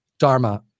Dharma